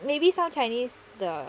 maybe some chinese 的